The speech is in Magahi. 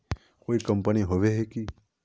कोई कंपनी होबे है की?